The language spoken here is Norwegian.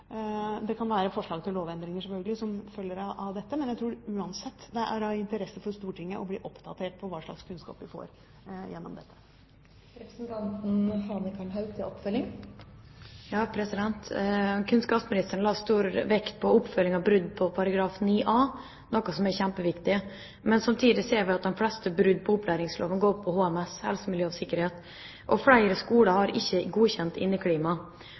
Det kan selvfølgelig være forslag til lovendringer som følger av dette, men jeg tror uansett det er av interesse for Stortinget å bli oppdatert på hva slags kunnskap vi får gjennom dette. Kunnskapsministeren la stor vekt på oppfølging av brudd på § 9a, noe som er kjempeviktig. Samtidig ser vi at de fleste brudd på opplæringsloven går på HMS – helse, miljø og sikkerhet – og flere skoler har ikke godkjent